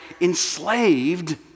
enslaved